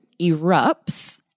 erupts